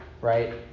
right